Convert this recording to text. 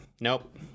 Nope